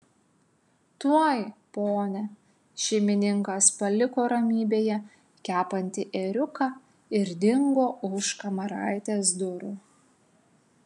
tuoj pone šeimininkas paliko ramybėje kepantį ėriuką ir dingo už kamaraitės durų